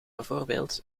bijvoorbeeld